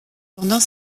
pendant